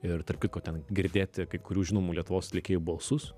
ir tarp kitko ten girdėti kai kurių žinomų lietuvos atlikėjų balsus